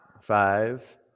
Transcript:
Five